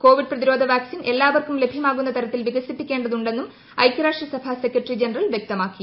Covid പ്രതിരോധ vaccine എല്ലാവർക്കും ലഭ്യമാകുന്ന തരത്തിൽ വികസിപ്പിക്കേണ്ടതുണ്ടെന്നും ഐക്യ രാഷ്ട്ര സഭ സെക്രട്ടറി ജനറൽ വ്യക്തമാക്കി